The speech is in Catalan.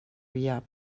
via